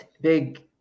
big